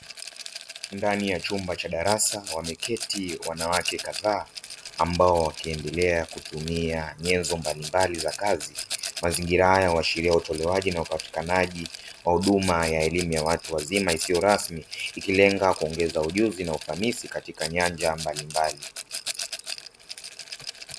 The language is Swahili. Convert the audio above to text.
Ndani ya chumba cha darasa wameketi wanawake kadhaa, ambao wakiendelea kutumia nyenzo mbalimbali za kazi. Mazingira haya huashiria utolewaji na upatikanaji wa huduma ya elimu ya watu wazima isiyo rasmi, ikilenga kuongeza ujuzi na ufanisi katika nyanja mbalimbali.